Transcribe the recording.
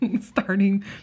starting